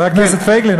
חבר הכנסת פייגלין,